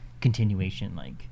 continuation-like